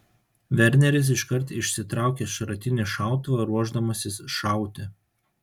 verneris iškart išsitraukia šratinį šautuvą ruošdamasis šauti